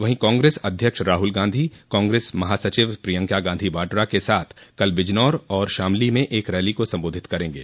वहीं कांग्रेस अध्यक्ष राहुल गांधी कांग्रेस महासचिव प्रियंका गांधी बाड्रा क साथ कल बिजनौर और शामली में एक रैली को सम्बोधित करेंगे